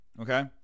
Okay